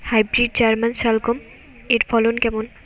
Hybrid German শালগম এর ফলন কেমন?